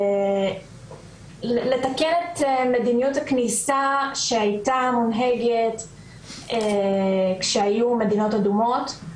לתקן את מדיניות הכניסה שהייתה מונהגת כשהיו מדינות אדומות.